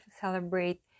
celebrate